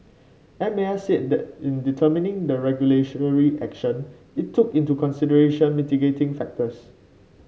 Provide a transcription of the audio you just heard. M A S said that in determining the regulatory action it took into consideration mitigating factors